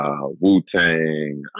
Wu-Tang